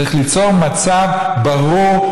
צריך ליצור מצב ברור,